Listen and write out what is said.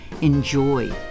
enjoy